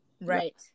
Right